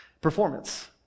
performance